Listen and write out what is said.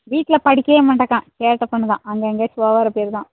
வீட்டில் படிக்கவே மாட்டேங்கறான் சேட்டை பண்ணுறான் அங்கே எங்கேயாச்சும் விளையாட போய்டுவான்